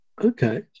okay